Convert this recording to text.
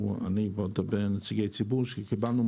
שאני ועוד הרבה נציגי ציבור קיבלנו.